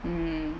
mm